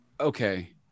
Okay